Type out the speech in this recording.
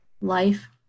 life